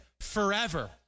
Forever